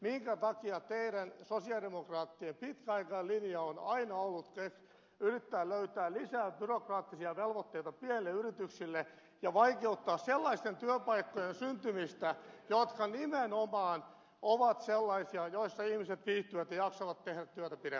minkä takia teidän sosialidemokraattien pitkäaikainen linja on aina ollut yrittää löytää lisää byrokraattisia velvoitteita pienille yrityksille ja vaikeuttaa sellaisten työpaikkojen syntymistä jotka nimenomaan ovat sellaisia joissa ihmiset viihtyvät ja jaksavat tehdä työtä pidempään